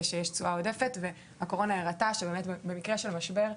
שיש תשואה עודפת והקורונה הראתה שבאמת במקרה של משבר,